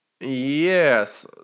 Yes